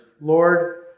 Lord